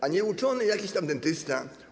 A nieuczony jakiś tam dentysta/